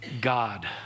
God